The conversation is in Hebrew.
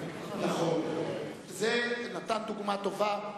אפשר לפתוח חשבון בנק השר ארדן נתן דוגמה טובה.